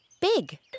big